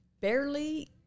barely